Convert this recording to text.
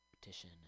petition